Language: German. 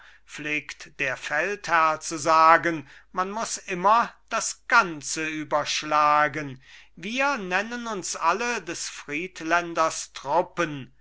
pflegt der feldherr zu sagen man muß immer das ganze überschlagen wir nennen uns alle des friedländers truppen